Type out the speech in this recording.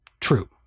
true